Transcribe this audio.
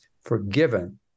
forgiven